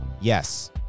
Yes